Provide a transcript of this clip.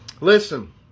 Listen